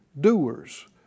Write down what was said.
doers